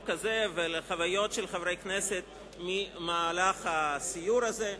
הזה ולחוויות של חברי הכנסת ממהלך הסיור הזה.